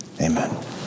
Amen